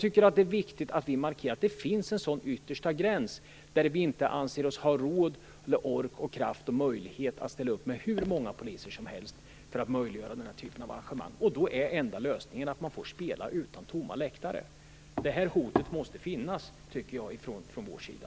Det är viktigt att vi markerar att det finns en sådan yttersta gräns vid vilken vi inte anser oss ha råd, ork, kraft eller möjlighet att ställa upp med hur många poliser som helst för att möjliggöra den här typen av arrangemang, och då är den enda lösningen att matchen får spelas inför tomma läktare. Det här hotet måste finnas från vår sida.